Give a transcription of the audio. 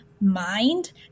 mind